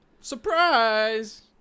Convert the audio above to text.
surprise